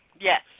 Yes